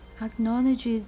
Acknowledge